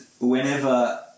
whenever